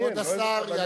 לא איזו כוונה,